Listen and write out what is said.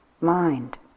mind